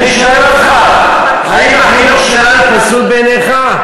אני שואל אותך, האם החינוך שלנו פסול בעיניך?